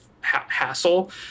hassle